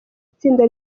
itsinda